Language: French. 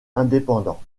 indépendant